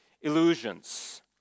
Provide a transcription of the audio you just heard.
illusions